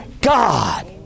God